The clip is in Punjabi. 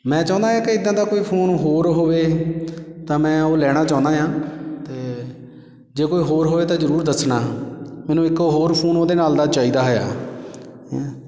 ਮੈਂ ਚਾਹੁੰਦਾ ਹਾਂ ਕਿ ਇੱਦਾਂ ਦਾ ਕੋਈ ਫ਼ੋਨ ਹੋਰ ਹੋਵੇ ਤਾਂ ਮੈਂ ਉਹ ਲੈਣਾ ਚਾਹੁੰਦਾ ਹਾਂ ਜੇ ਕੋਈ ਹੋਰ ਹੋਏ ਤਾਂ ਜ਼ਰੂਰ ਦੱਸਣਾ ਮੈਨੂੰ ਇੱਕ ਹੋਰ ਫ਼ੋਨ ਉਹਦੇ ਨਾਲ਼ ਦਾ ਚਾਹੀਦਾ ਹੈ ਆ